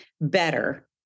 better